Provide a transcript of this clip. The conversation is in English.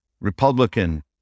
Republican